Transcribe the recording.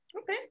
Okay